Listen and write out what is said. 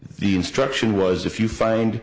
the instruction was if you find